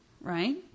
right